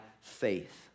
faith